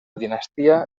dinastia